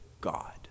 God